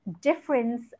difference